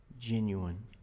genuine